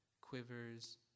quivers